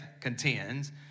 Contends